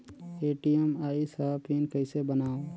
ATM आइस ह pin कइसे बनाओ?